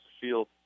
field